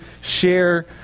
share